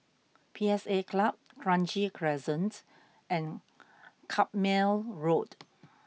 P S A Club Kranji Crescent and Carpmael Road